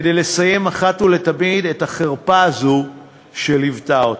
כדי לסיים אחת ולתמיד את החרפה הזו שליוותה אותנו.